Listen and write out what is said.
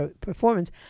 performance